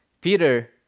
Peter